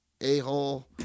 a-hole